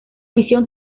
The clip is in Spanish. visión